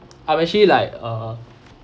I'm actually like uh